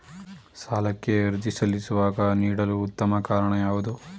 ಸಾಲಕ್ಕೆ ಅರ್ಜಿ ಸಲ್ಲಿಸುವಾಗ ನೀಡಲು ಉತ್ತಮ ಕಾರಣ ಯಾವುದು?